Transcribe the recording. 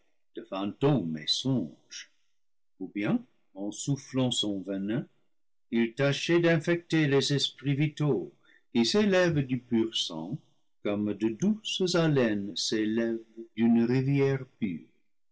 fantômes et songes ou bien en soufflant son venin il tâchait d'infecter les esprits vitaux qui s'élèvent du pur sang comme de douces haleines s'élèvent d'une rivière